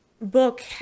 book